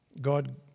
God